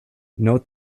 note